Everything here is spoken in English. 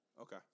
Okay